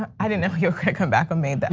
i didn't know you were gonna come back on me.